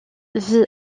vit